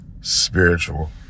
spiritual